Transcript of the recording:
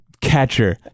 catcher